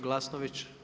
Glasnović.